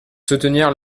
soutenir